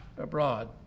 abroad